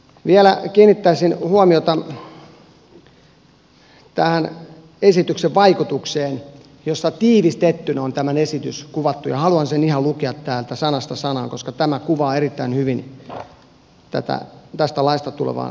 vielä kiinnittäisin huomiota näihin esityksen vaikutuksiin missä kohdassa tiivistettynä on tämä esitys kuvattu ja haluan sen ihan lukea täältä sanasta sanaan koska tämä kuvaa erittäin hyvin tästä laista tulevaa hyötyä